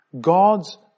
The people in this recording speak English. God's